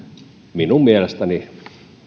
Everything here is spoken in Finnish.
minun mielestäni